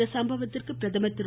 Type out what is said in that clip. இச்சம்பவத்திற்கு பிரதமர் திரு